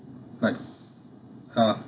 like uh